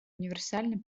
универсально